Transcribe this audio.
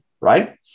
right